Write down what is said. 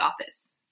office